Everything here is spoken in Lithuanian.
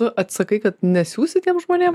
tu atsakai kad nesiųsi tiem žmonėm